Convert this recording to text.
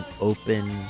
open